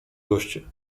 goście